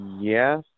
Yes